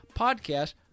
podcast